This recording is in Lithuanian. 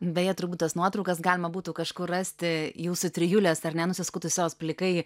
beje turbūt tas nuotraukas galima būtų kažkur rasti jūsų trijulės ar ne nusiskutusios plikai